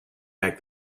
back